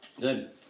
Good